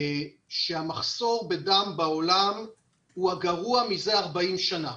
שהמחסור בדם בעולם הוא הגרוע זה 40 שנה.